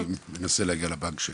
אני חודש ימים מנסה להגיע לבנק שלי,